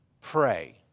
pray